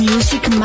Music